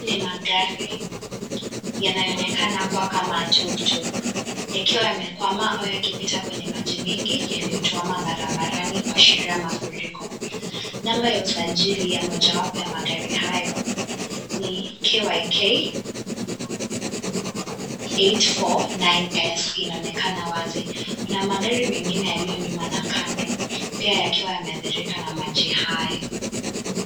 Hili ni magari yanaonekana kuwa kama tuktuk yakiwa yamekwama au wakipita kwenye maji mingi yaliyotwama barabarani kuashiria mafuriko namba ya usajili ya mojawapo ya gari hayo ni KYK 849 S, inaonekana wazi, kuna magari mengine yaliyo nyuma na Kando pia yakiwa yameadhirika na maji hayo.